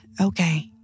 okay